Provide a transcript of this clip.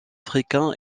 africain